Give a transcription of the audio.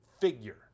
figure